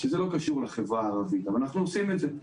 שזה לא קשור לחברה הערבית אבל אנחנו עושים את זה,